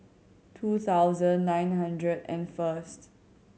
two thousand nine hundred and first